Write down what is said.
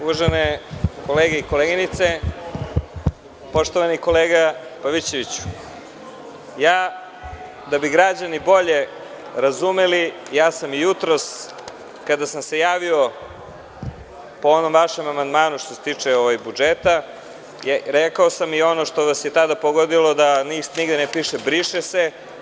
Uvažene kolege i koleginice, poštovani kolega Pavićeviću, das bi građani bolje razumeli, ja sam i jutros, kada sam se javio po onom vašem amandmanu što se tiče budžeta, rekao sam i ono što vas je tada pogodilo – da nigde ne piše: briše se.